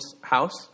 house